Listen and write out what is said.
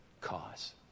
cause